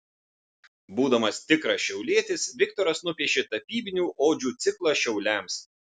būdamas tikras šiaulietis viktoras nupiešė tapybinių odžių ciklą šiauliams